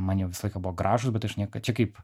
man jie visą laiką buvo gražūs bet aš niekad čia kaip